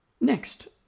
next